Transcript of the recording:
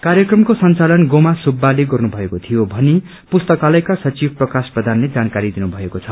कार्यक्रमको संचालन गोमा सुब्बाले गर्नुभएको थियो भनी पुस्तकालयका सचिव प्रकाश प्रधानले जानकारी दिनुभएको छ